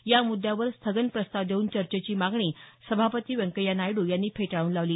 या मुद्यावर स्थगन प्रस्ताव देऊन चर्चेची मागणी सभापती व्यंकय्या नायड्र यांनी फेटाळून लावली